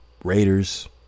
Raiders